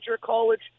college